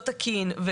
תקין.